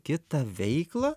kita veiklą